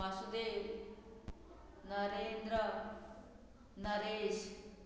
Vasudev Narendra Naresh